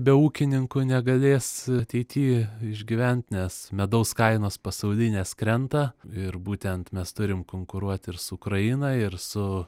be ūkininkų negalės ateity išgyvent nes medaus kainos pasaulinės krenta ir būtent mes turim konkuruot ir su ukraina ir su